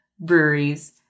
breweries